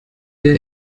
der